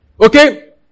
Okay